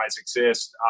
exist